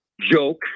joke